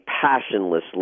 passionless